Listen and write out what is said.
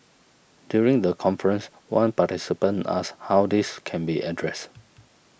during the conference one participant asked how this can be addressed